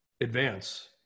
advance